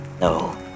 No